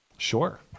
Sure